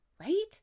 right